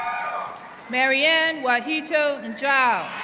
maryann wahito njau,